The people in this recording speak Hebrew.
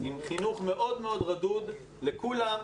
עם חינוך מאוד מאוד רדוד לכולם,